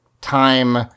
time